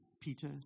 Peter